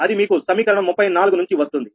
అది మీకు సమీకరణం 34 నుంచి వస్తుంది